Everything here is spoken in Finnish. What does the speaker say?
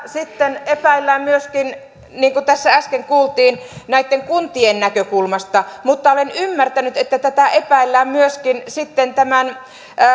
sitten epäillään myöskin niin kuin tässä äsken kuultiin näitten kuntien näkökulmasta mutta olen ymmärtänyt että tätä epäillään myöskin sitten tämän